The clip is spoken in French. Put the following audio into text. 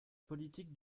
politique